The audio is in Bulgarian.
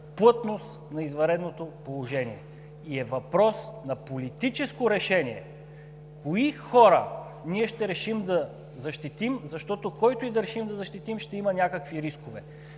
плътност на извънредното положение и е въпрос на политическо решение кои хора ние ще решим да защитим, защото който и да решим да защитим ще има някакви рискове.